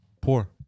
Poor